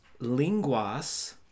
linguas